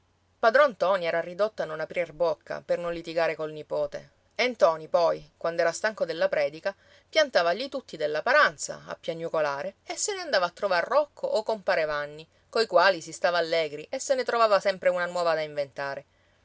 padron ntoni era ridotto a non aprir bocca per non litigare col nipote e ntoni poi quand'era stanco della predica piantava lì tutti della paranza a piagnucolare e se ne andava a trovar rocco o compare vanni coi quali si stava allegri e se ne trovava sempre una nuova da inventare